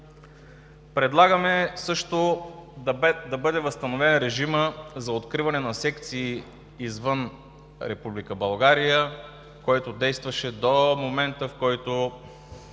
Предлагаме също да бъде възстановен режимът за откриване на секции извън Република България, който действаше до момента, в който